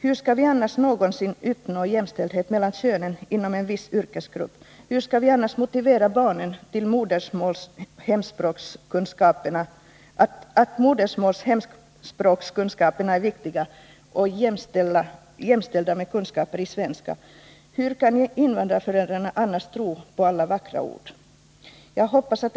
Hur skall vi annars någonsin kunna uppnå jämställdhet mellan könen inom en viss yrkesgrupp? Hur skall vi annars kunna motivera barnen till att förstå att modersmålsoch hemspråkskunskaperna är viktiga och att de är att jämställa med kunskaper i svenska? Hur skall invandrarföräldrarna annars kunna tro på alla vackra ord?